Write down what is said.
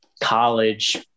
college